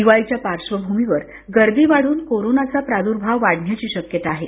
दिवाळीच्या पार्क्षभूमीवर गर्दी वाढून कोरोनाचा प्रादुर्भाव वाढण्याची शक्यता आहे